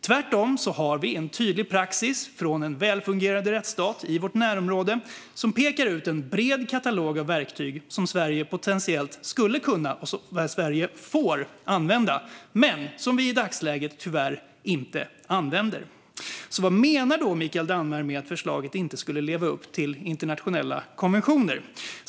Tvärtom har vi en tydlig praxis från en välfungerande rättsstat i vårt närområde som pekar ut en bred katalog av verktyg som Sverige potentiellt skulle kunna och får använda men som vi i dagsläget tyvärr inte använder. Vad menar då Mikael Damberg med att förslaget inte skulle leva upp till internationella konventioner?